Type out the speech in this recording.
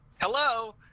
Hello